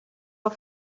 are